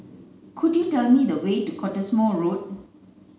could you tell me the way to Cottesmore Road